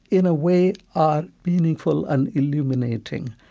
in a way, are meaningful and illuminating.